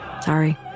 sorry